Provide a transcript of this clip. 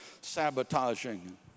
sabotaging